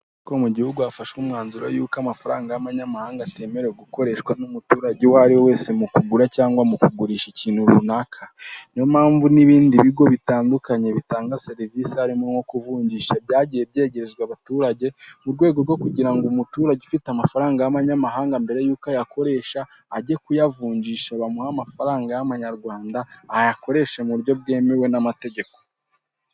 Havuzwe ko mu gihugu hafashwe umwanzuro yuko amafaranga y'amanyamahanga atemerewe gukoreshwa n'umuturage uwo ari we wese mu kugura cyangwa mu kugurisha ikintu runaka. Niyo mpamvu n'ibindi bigo bitandukanye bitanga serivisi harimo nko kuvunji, byagiye byegerezwa abaturage mu rwego rwo kugira ngo umuturage ufite amafaranga y'amanyamahanga mbere y'uko ayakoresha, ajye kuyavunjisha bamuha amafaranga y'amanyarwanda, ayakoreshe mu buryo bwemewe n'amategeko.